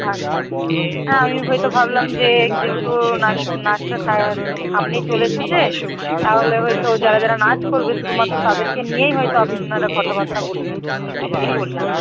আচ্ছা আচ্ছা না আমি হয়তো ভাবলাম যে যেহেতু ও নাচ নাচটা সা সামনেই চলে এসেছে তাহলে হয়তো যারা যারা নাচ করবে শুধুমাত্র তাদেরকে নিয়েই হয়তো আপনারা কথাবার্তা বলবেন ওই জন্যই বললাম